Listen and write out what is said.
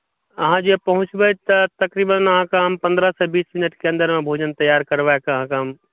अहाँ जे पहुँचबै तऽ तकरीबन अहाँकेँ हम पन्द्रहसँ बीस मिनटके अन्दरमे भोजन तैयार करबा कए अहाँकेँ हम